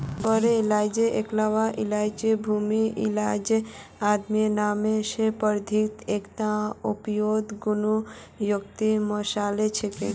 बोरो इलायची कलवा इलायची भूरा इलायची आदि नाम स प्रसिद्ध एकता औषधीय गुण युक्त मसाला छिके